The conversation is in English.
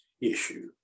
issue